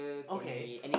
okay